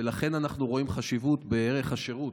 ולכן אנחנו רואים חשיבות בערך השירות.